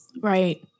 Right